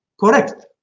correct